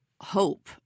hope